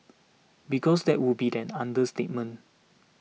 because that would be an understatement